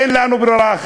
אין לנו ברירה.